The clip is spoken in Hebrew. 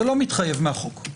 זה לא מתחייב מהחוק,